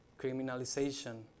criminalization